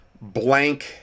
blank